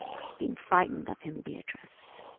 been frightened of him, beatrice.